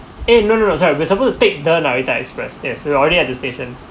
eh no no no sorry we supposed to take the narita express yes we already at the station